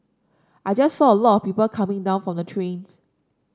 I just saw a lot of people coming down from the trains